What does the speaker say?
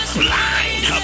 blind